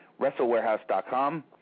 WrestleWarehouse.com